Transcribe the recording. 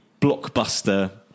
blockbuster